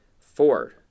Four